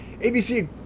ABC